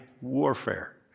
warfare